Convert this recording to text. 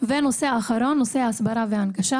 ונושא אחרון, נושא ההסברה וההנגשה.